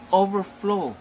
overflow